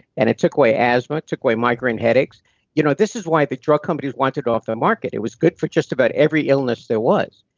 and it took away asthma. it took away migraine headaches you know this is why the drug companies wanted it off the market. it was good for just about every illness there was,